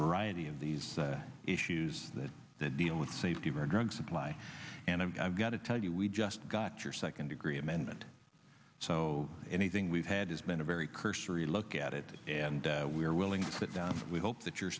variety of these issues that deal with safety of our drug supply and i've got to tell you we just got your second degree amendment so anything we've had has been a very cursory look at it and we're willing to sit down we hope that your